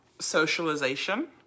socialization